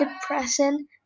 depression